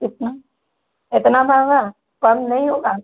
इतना इतना महंगा कम नहीं होगा